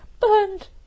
burned